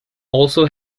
also